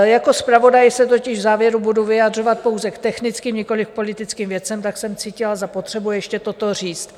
Jako zpravodaj se totiž v závěru budu vyjadřovat pouze k technickým, nikoliv politickým věcem, tak jsem cítila za potřebu ještě toto říct.